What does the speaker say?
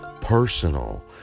personal